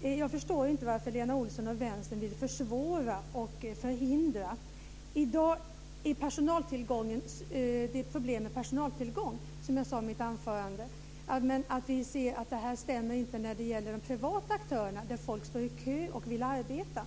Jag förstår inte varför Lena Olsson och Vänstern vill försvåra och förhindra detta. I dag är det problem med personaltillgång, som jag sade i mitt anförande. Vi ser dock att detta inte stämmer när det gäller de privata aktörerna, där folk står i kö och vill arbeta.